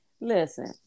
Listen